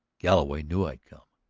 galloway knew i'd come.